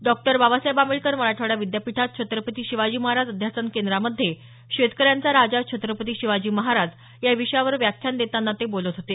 doctor Babasaheb Ambedkar Marathwada विद्यापीठात छत्रपती शिवाजी महाराज अध्यासन केंद्रामध्ये शेतकऱ्यांचा राजा छत्रपती शिवाजी महाराज या विषयावर व्याख्यान देताना ते बोलत होते